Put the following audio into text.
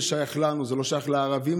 זה שייך לנו, זה לא שייך לערבים.